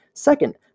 Second